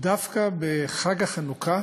שדווקא בחג החנוכה